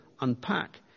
unpack